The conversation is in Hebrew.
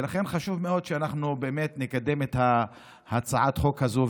לכן חשוב מאוד שאנחנו באמת נקדם הצעת חוק כזו,